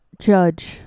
Judge